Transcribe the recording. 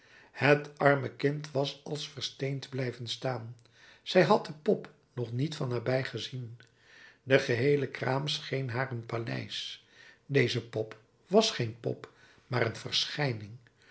het arme kind was als versteend blijven staan zij had de pop nog niet van nabij gezien de geheele kraam scheen haar een paleis deze pop was geen pop maar een verschijning